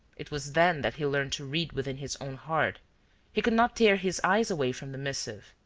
it was then that he learned to read within his own heart he could not tear his eyes away from the missive.